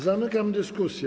Zamykam dyskusję.